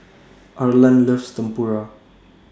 Arlan loves Tempura